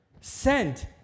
sent